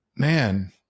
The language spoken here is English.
man